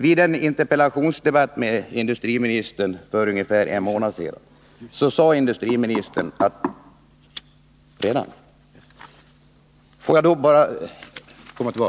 Jag skulle vilja ta upp vad industriministern sade vid en interpellations debatt för ungefär en månad sedan, men eftersom min taletid är slut ber jag att få återkomma.